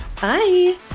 bye